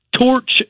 torch